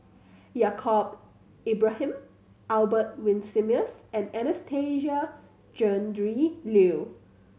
Yaacob Ibrahim Albert Winsemius and Anastasia Tjendri Liew